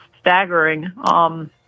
staggering